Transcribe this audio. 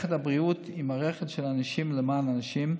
מערכת הבריאות היא מערכת של אנשים למען אנשים,